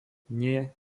nie